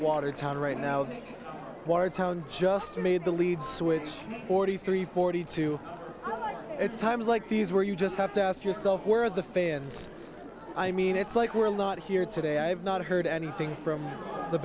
watertown right now watertown just made the lead switch forty three forty two it's times like these where you just have to ask yourself where are the fans i mean it's like we're a lot here today i've not heard anything from the